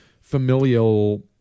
familial